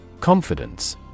Confidence